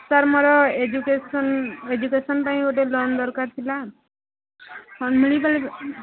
sir ମୋର education ପାଇଁ ଗୋଟେ ଲୋନ୍ ଦରକାର ଥିଲା କ'ଣ ମିଳିପାରିବ